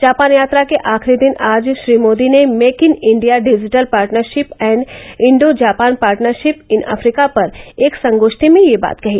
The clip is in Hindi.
जापान यात्रा के आखिरी दिन आज श्री मोदी ने make in India digital partnership and Indo Japan partnership in Africa पर एक संगोष्ठी में ये बात कही